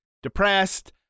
Depressed